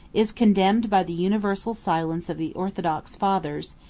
is condemned by the universal silence of the orthodox fathers,